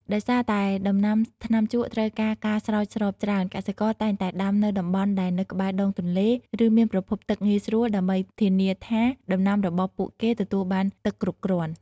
ដោយសារតែដំណាំថ្នាំជក់ត្រូវការការស្រោចស្រពច្រើន កសិករតែងតែដាំនៅតំបន់ដែលនៅក្បែរដងទន្លេ ឬមានប្រភពទឹកងាយស្រួលដើម្បីធានាថាដំណាំរបស់ពួកគេទទួលបានទឹកគ្រប់គ្រាន់។